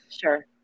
sure